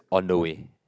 on the way